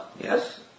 Yes